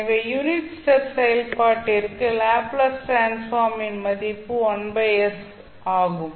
எனவே unit step செயல்பாட்டிற்கு Laplace transform ன் மதிப்பு ஆகும்